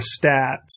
stats